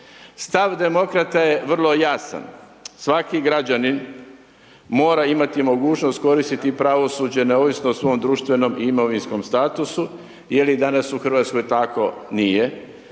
Stav demokrata je vrlo jasna, svaki građanin, mora imati mogućnost koristiti pravosuđe neovisno o svom društvenom i imovinskom statusu, je li danas u Hrvatskoj tako, nije.